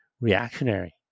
reactionary